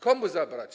Komu zabrać?